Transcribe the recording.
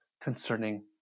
concerning